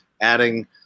adding